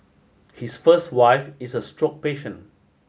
his first wife is a stroke patient